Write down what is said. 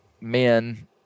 men